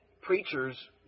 preachers